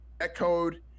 Echoed